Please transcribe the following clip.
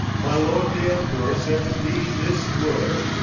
my lord the emperor sends thee this word,